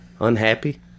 Unhappy